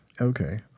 Okay